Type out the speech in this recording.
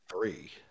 three